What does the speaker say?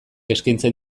eskaintzen